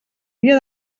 dia